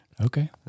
Okay